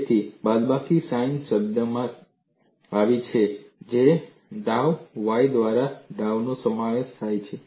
તેથી બાદબાકી સાઇન શબ્દમાં આવે છે જેમાં ડાઉ y દ્વારા ડાઉનો સમાવેશ થાય છે